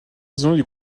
également